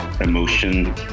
emotion